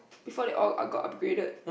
before they all all got upgraded